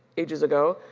ages ago,